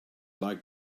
like